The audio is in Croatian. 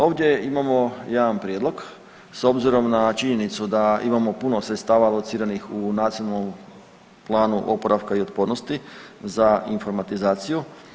Ovdje imamo jedan prijedlog s obzirom na činjenicu da imamo puno sredstava alociranih u Nacionalnom planu oporavka i otpornosti za informatizaciju.